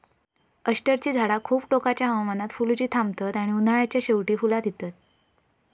अष्टरची झाडा खूप टोकाच्या हवामानात फुलुची थांबतत आणि उन्हाळ्याच्या शेवटी फुला दितत